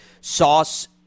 Sauce